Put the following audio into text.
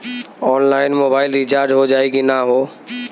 Online mobile recharge हो जाई की ना हो?